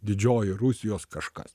didžioji rusijos kažkas